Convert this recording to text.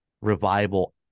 revival